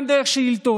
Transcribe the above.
גם דרך שאילתות,